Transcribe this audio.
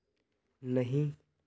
नहीं